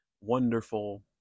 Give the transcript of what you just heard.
wonderful